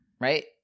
Right